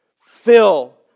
fill